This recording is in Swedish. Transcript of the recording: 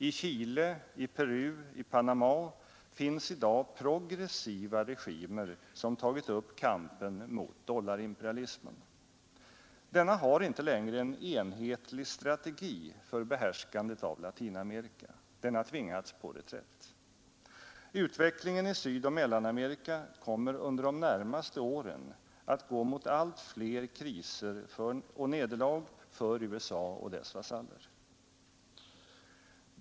I Chile, i Peru, i Panama finns i dag progressiva regimer, som tagit upp kampen mot dollarimperialismen. Denna har inte längre en enhetlig strategi för behärskandet av Latinamerika. Den har tvingats på reträtt. Utvecklingen i Sydoch Mellanamerika kommer under de närmaste åren att gå mot allt fler kriser och nederlag för USA och dess vasaller.